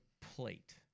plate